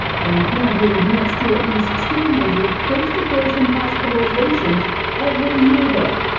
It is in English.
planned parenthood admits to at least two hundred post-abortion hospitalizations every year there.